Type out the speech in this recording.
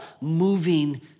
moving